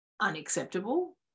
unacceptable